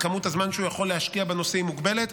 כמות הזמן שהוא יכול להשקיע בנושאים מוגבלת,